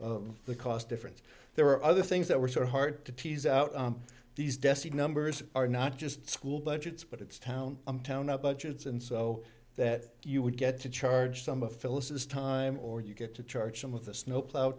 of the cost difference there are other things that were sort of hard to tease out these desk numbers are not just school budgets but it's town i'm town up budgets and so that you would get to charge some of phyllis's time or you get to charge them with a snowplow